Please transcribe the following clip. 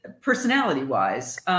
personality-wise